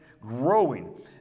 growing